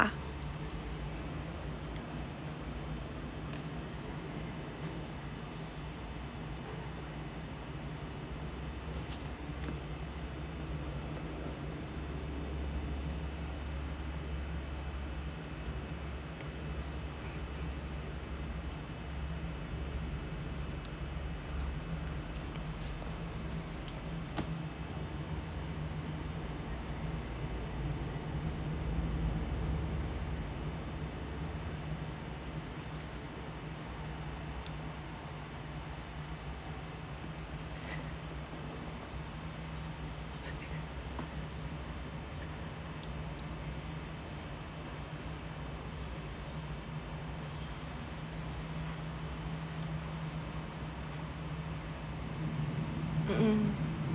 um um